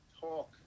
talk